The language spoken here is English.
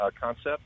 concept